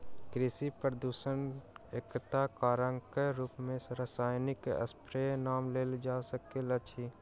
कृषि प्रदूषणक एकटा कारकक रूप मे रासायनिक स्प्रेक नाम लेल जा सकैत अछि